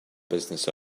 business